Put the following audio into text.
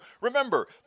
Remember